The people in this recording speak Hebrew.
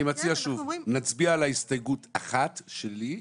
נצביע על ההסתייגות 1 שלי,